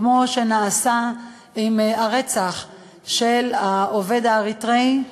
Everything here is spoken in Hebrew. כמו הרצח של העובד האריתריאי,